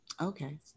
Okay